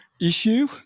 issue